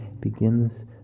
begins